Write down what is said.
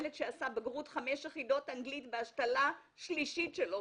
ילד שעשה בחינת בגרות של חמש יחידות באנגלית בזמן ההשתלה השלישית שלו.